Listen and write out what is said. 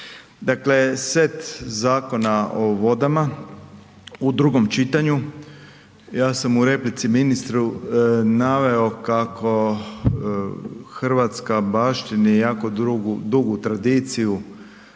Dakle set zakona o vodama u drugom čitanju, ja sam u replici ministru naveo kako Hrvatska baštini jako dugu tradiciju